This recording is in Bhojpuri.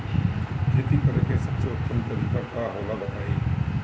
खेती करे के सबसे उत्तम तरीका का होला बताई?